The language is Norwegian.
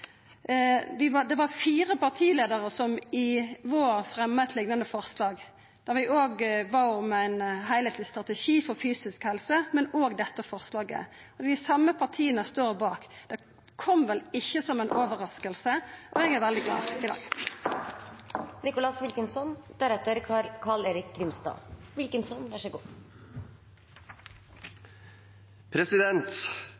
Det var fire partileiarar som i vår fremja eit liknande forslag, der vi bad om ein heilskapleg strategi for fysisk helse, men òg fremja forslag om dette. At dei same partia står bak, kom vel ikkje som ei overrasking. Og eg er veldig …. Jeg tror mange her i